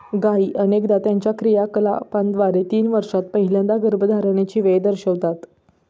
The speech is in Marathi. गायी अनेकदा त्यांच्या क्रियाकलापांद्वारे तीन वर्षांत पहिल्या गर्भधारणेची वेळ दर्शवितात